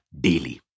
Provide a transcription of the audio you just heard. daily